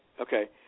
okay